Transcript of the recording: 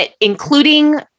including